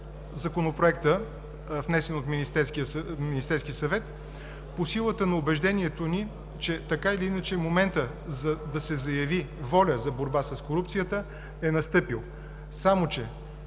Законопроекта, внесен от Министерския съвет, по силата на убеждението ни, че така или иначе моментът да се заяви воля за борба с корупцията е настъпил. Само че